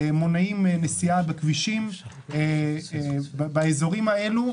מונעים נסיעה בכבישים באזורים האלה.